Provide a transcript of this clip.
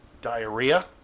diarrhea